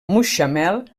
mutxamel